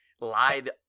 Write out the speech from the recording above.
lied